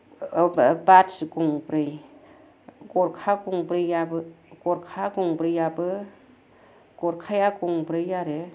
बाथि गंब्रै गरखा गंब्रैयाबो गरखा गंब्रैयाबो गरखाया गंब्रै आरो